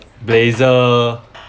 blazer